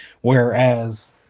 Whereas